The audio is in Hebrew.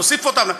להוסיף אותם.